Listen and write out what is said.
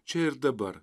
čia ir dabar